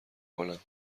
کنم